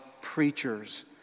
preachers